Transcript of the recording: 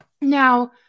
Now